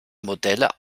modelle